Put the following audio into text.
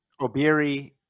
Obiri